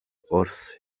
wrth